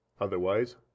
Otherwise